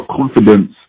confidence